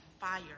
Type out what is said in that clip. fire